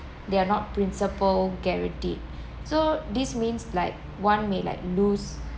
they are not principal guaranteed so this means like one may like lose